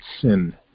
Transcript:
sin